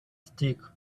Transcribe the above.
stick